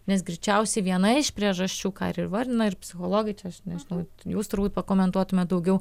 nes greičiausiai viena iš priežasčių ką ir įvardina ir psichologai čia aš nežinau jūs turbūt pakomentuotumėt daugiau